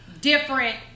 different